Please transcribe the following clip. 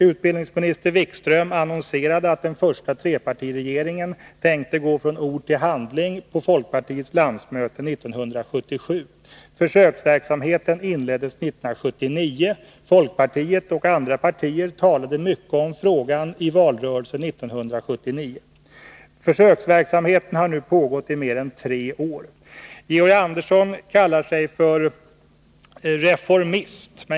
Utbildningsminister Wikström annonserade på folkpartiets landsmöte 1977 att den första trepartiregeringen tänkte gå från ord till handling. Försöksverksamheten inleddes 1979. Folkpartiet och andra partier talade mycket om frågan i valrörelsen 1979. Försöksverksamheten har nu pågått i mer än tre år. Georg Andersson kallar sig reformist.